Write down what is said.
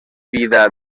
vida